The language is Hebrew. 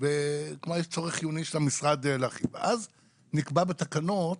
כלומר יש צורך חיוני של המשרד, ואז נקבע בתקנות